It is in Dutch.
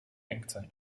engte